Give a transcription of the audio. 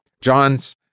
John's